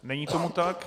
Není tomu tak.